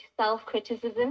self-criticism